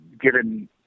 given